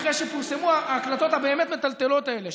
אחרי שפורסמו ההקלטות הבאמת-מטלטלות האלה,